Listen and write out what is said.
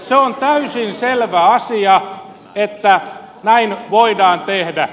se on täysin selvä asia että näin voidaan tehdä